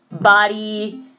body